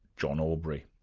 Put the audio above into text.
john aubrey.